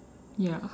ya